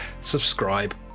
subscribe